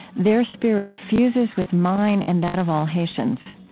their spirit fuses with mine and that of all haitians.